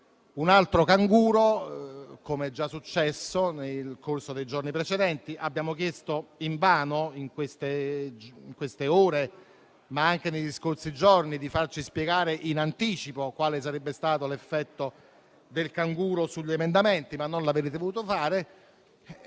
un altro canguro, com'era già successo nel corso dei giorni precedenti. Abbiamo chiesto invano in queste ore, ma anche negli scorsi giorni, di spiegarci in anticipo quale sarebbe stato l'effetto del canguro sugli emendamenti, ma non avete voluto farlo,